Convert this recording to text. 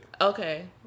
Okay